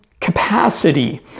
capacity